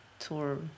Tour